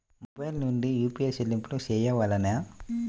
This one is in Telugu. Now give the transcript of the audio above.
మొబైల్ నుండే యూ.పీ.ఐ చెల్లింపులు చేయవలెనా?